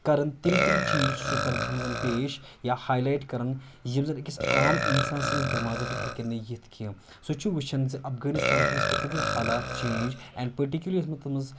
کَران تِم تِم چیٖز چھُ سُہ کَران تَتھ منٛز پیش یا ہاےلایٹ کَران یِم زَن أکِس عام اِنسان سٕنٛدِس دٮ۪ماغَس منٛز ہیٚکن نہٕ یِتھ کینٛہہ سُہ چھُ وُچھان زِ افغٲنِستانَس منٛز کِتھ کٔنۍ گٔیے حالات چینٛج ایںڈ پٔٹِکیوٗلرلی یَتھ تَتھ منٛز